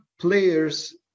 players